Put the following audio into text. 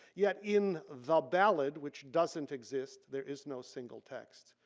yet in the ballad which doesn't exist there is no single text.